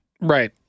right